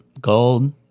Gold